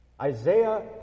Isaiah